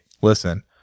listen